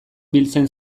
biltzen